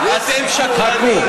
חכו.